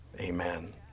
Amen